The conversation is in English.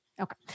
Okay